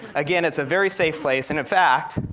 again, it's a very safe place, and in fact,